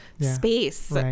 space